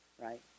right